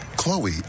Chloe